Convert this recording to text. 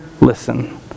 Listen